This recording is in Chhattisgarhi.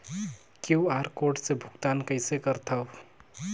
क्यू.आर कोड से भुगतान कइसे करथव?